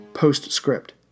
postscript